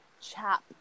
chap